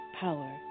power